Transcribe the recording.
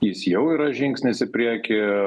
jis jau yra žingsnis į priekį